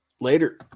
Later